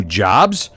jobs